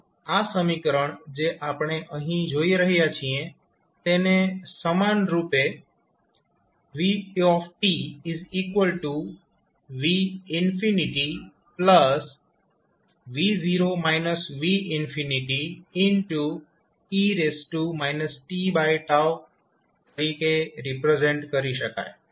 તો આ સમીકરણ જે આપણે અહીં જોઈ રહયા છીએ તેને સમાન રૂપે vvv v e tતરીકે રિપ્રેઝેન્ટ કરી શકાય છે